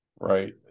Right